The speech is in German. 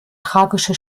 tragische